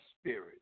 spirit